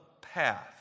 path